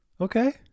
Okay